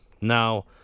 now